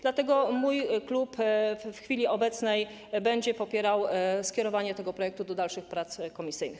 Dlatego mój klub w chwili obecnej będzie popierał skierowanie tego projektu do dalszych prac komisyjnych.